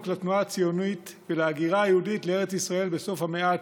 לתנועה הציונית ולהגירה היהודית לארץ ישראל בסוף המאה ה-19.